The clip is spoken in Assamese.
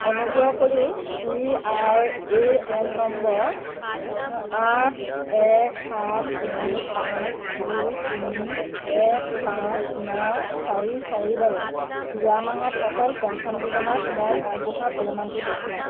অনুগ্ৰহ কৰি P R A N number আঠ এক সাত তিনি পাঁচ দুই তিনি এক পাঁচ ন চাৰি চাৰিৰ বাবে যোৱা মাহত অটল পেঞ্চন যোজনাত মই আগবঢ়োৱা পৰিমাণটো দেখুৱাওঁক